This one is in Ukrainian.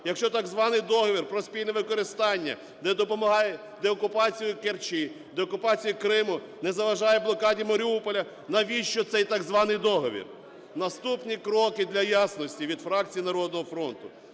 Якщо так званий договір про спільне використання не допомагає деокупації Керчі, деокупації Криму, не заважає блокаді Маріуполя, навіщо цей так званий договір?! Наступні кроки для ясності від фракції "Народного фронту".